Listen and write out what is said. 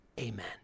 amen